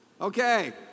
Okay